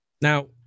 Now